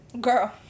girl